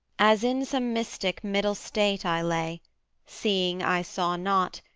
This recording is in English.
as in some mystic middle state i lay seeing i saw not,